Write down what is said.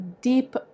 deep